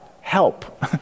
Help